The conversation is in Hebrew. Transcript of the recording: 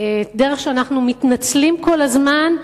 הדרך שבה אנחנו מתנצלים כל הזמן.